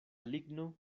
ligno